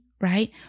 right